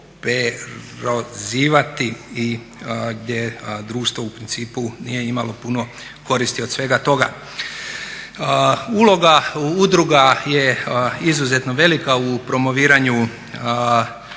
oporezivati i gdje društvo u principu nije imalo puno koristi od svega toga. Uloga udruga je izuzetno velika u promoviranju